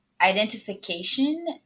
identification